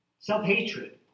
self-hatred